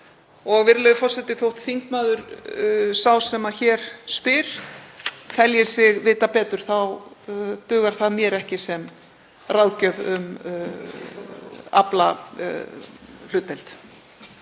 Virðulegur forseti. Þótt þingmaður sá sem hér spyr telji sig vita betur þá dugar það mér ekki sem ráðgjöf um aflahlutdeild.